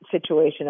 situation